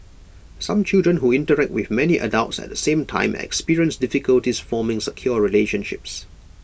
some children who interact with many adults at the same time experience difficulties forming secure relationships